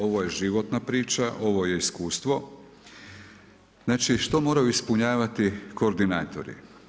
Ovo je životna priča, ovo je iskustvo, znači što moraju ispunjavati koordinatori.